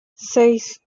seis